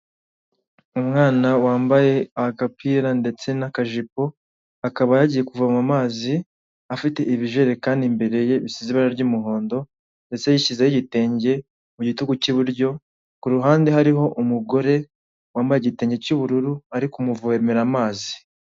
Umwana wambaye agapira ndetse n'akajipo akaba yagiye kuvoma amazi afite ibijerekani imbere bisize ibara ry'umuhondo, ndetse yishyizeho igitenge mu gitugu cy'iburyo ku ruhande hariho umugore wambaye igitenge cy'ubururu ari kumuvomera amazi.